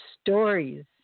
stories